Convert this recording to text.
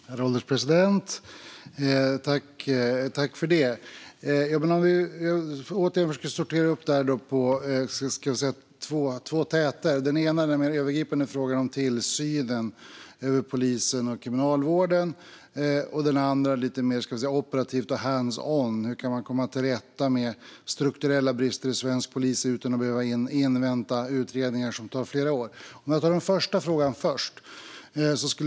Herr ålderspresident! Jag ska försöka sortera upp det här i två frågor. Den ena är den mer övergripande om tillsynen över polisen och Kriminalvården. Den andra är lite mer operativ och hands on, hur man kan komma till rätta med strukturella brister i svensk polis utan att behöva invänta utredningar som tar flera år. Jag tar den första frågan först.